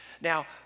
Now